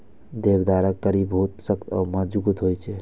देवदारक कड़ी बहुत सख्त आ मजगूत होइ छै